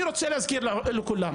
אני רוצה להזכיר לכולם,